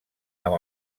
amb